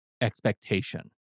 expectation